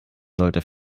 sollte